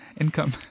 income